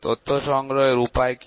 data সংগ্রহের উপায় কি